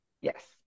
Yes